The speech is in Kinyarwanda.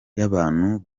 y’abantu